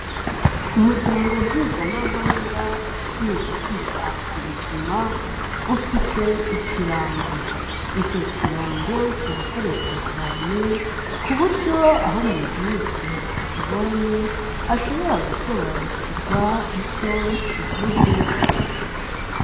Umuryango mpuzamahanga ushinzwe kwita ku buzima, ufite ikirango. Icyo kirango kirakoreshwa cyane ku buryo aho umuntu wese akibonye, ashobora gusobanukirwa icyo kivuze.